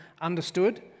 understood